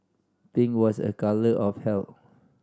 pink was a colour of health